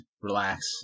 relax